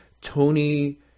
tony